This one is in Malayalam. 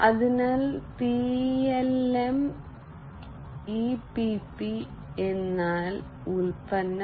അതിനാൽ പി എൽ എം ഈ പി പി എന്നാൽ ഉൽപ്പന്നം